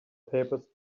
papers